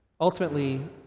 Ultimately